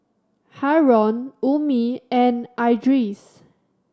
Haron Ummi and Idris